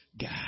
God